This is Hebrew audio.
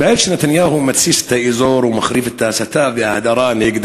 בעת שנתניהו מתסיס את האזור ומחריף את ההסתה וההדרה נגד